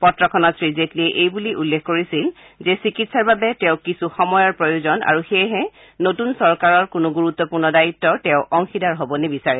পত্ৰখনত শ্ৰীজেটলীয়ে এইবুলি উল্লেখ কৰিছিল যে চিকিৎসাৰ বাবে তেওঁক কিছু সময়ৰ প্ৰয়োজন আৰু সেয়েহে তেওঁ নতুন চৰকাৰৰ কোনো গুৰুত্বপূৰ্ণ দায়িত্বৰ অংশীদাৰ হব নিবিচাৰে